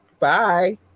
Bye